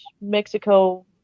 Mexico